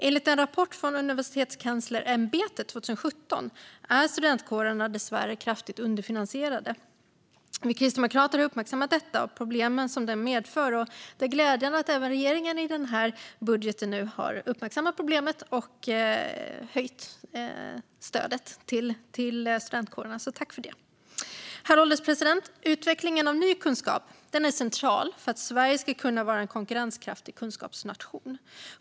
Enligt en rapport från Universitetskanslersämbetet 2017 är studentkårerna dessvärre kraftigt underfinansierade. Vi kristdemokrater har uppmärksammat detta och de problem det medför. Det är glädjande att även regeringen nu i denna budget har uppmärksammat problemet och höjt stödet till studentkårerna. Tack för det! Herr ålderspresident! Utveckling av ny kunskap är centralt för att Sverige ska kunna vara en konkurrenskraftig kunskapsnation.